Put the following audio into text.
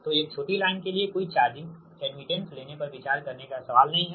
तो एक छोटी लाइन के लिए कोई चार्जिंग एडमिटेंस लेने पर विचार करने का कोई सवाल नही है